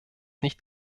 nicht